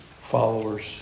followers